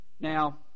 Now